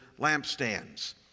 lampstands